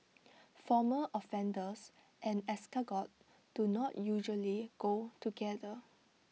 former offenders and escargot do not usually go together